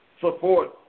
support